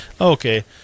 Okay